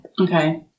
Okay